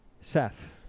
Seth